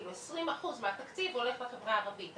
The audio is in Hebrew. כאילו 20% מהתקציב הולך לחברה הערבית,